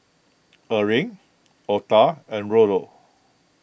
Erling Octa and Rollo